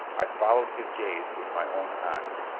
i followed his gaze with my own eyes.